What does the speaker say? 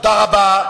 תודה רבה.